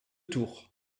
tours